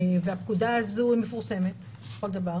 הפקודה הזו מפורסמת לכל דבר.